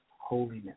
holiness